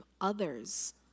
others